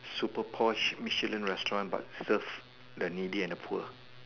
super posh Michelin restaurant but serve the needy and the poor